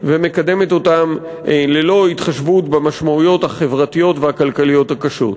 ומקדמת אותם ללא התחשבות במשמעויות החברתיות והכלכליות הקשות.